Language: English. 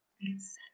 Yes